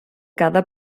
cada